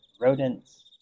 rodents